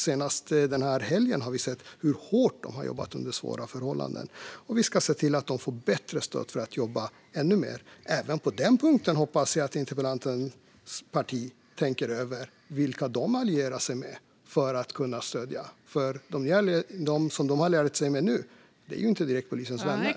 Senast den här helgen har vi fått se hur hårt de har jobbat under svåra förhållanden. Vi ska se till att de får bättre stöd för att kunna jobba ännu mer. Även på denna punkt hoppas jag att interpellantens parti tänker över vilka man allierar sig med och vilka man stöder. Dem som de har allierat sig med nu är inte direkt polisens vänner.